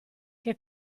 che